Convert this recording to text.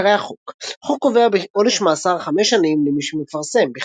עיקרי החוק החוק קובע עונש מאסר חמש שנים למי ש"מפרסם,